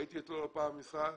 הייתי אצלו לא פעם במשרד